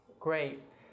great